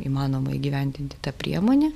įmanoma įgyvendinti ta priemonė